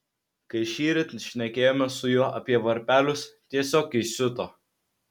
kai šįryt šnekėjomės su juo apie varpelius tiesiog įsiuto